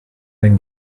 then